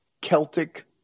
Celtic